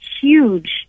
huge